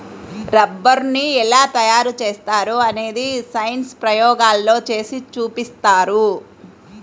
రబ్బరుని ఎలా తయారు చేస్తారో అనేది సైన్స్ ప్రయోగాల్లో చేసి చూపిస్తారు